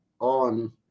on